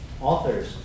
authors